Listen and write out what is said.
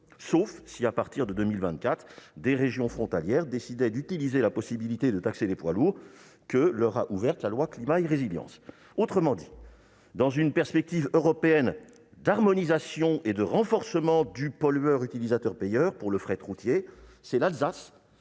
Sauf si, à partir de 2024, des régions frontalières décidaient d'utiliser la possibilité de taxer les poids lourds que leur a ouverte la loi Climat et résilience. Autrement dit, dans une perspective européenne d'harmonisation et de renforcement du principe pollueur-utilisateur-payeur pour le fret routier, c'est l'Alsace